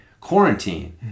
quarantine